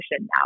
now